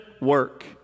work